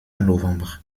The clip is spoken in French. novembre